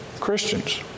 Christians